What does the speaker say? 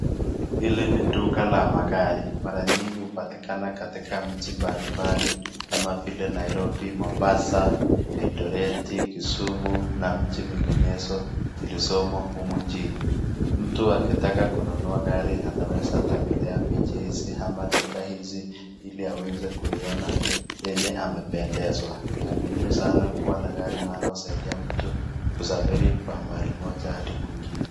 Hili ni duka la magari mara nyingi hupatikana katika mji mbali mbali kama vile Nairobi, Mombasa, Eldoreti, Kisumu na mji minginezo zilizomo humu nchini. Mtu akitaka kununua gari anaweza tembelea miji hizi ama duka hizi ili aweze kuiona enye amependezwa. Ni ya muhimu sana kuwa na gari maana usaidia mtu kusafiri kwa mahali moja hadi kwingine.